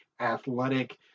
athletic